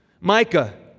Micah